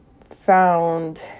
found